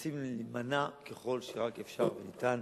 מנסים להימנע ככל שרק אפשר וניתן